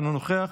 אינו נוכח,